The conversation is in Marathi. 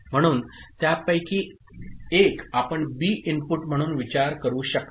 म्हणून त्यापैकी एक आपण बी इनपुट म्हणून विचार करू शकता